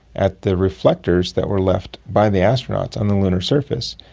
at the reflectors that were left by the astronauts on the lunar surface.